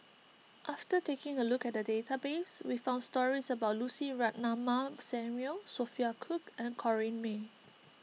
after taking a look at the database we found stories about Lucy Ratnammah Samuel Sophia Cooke and Corrinne May